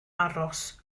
aros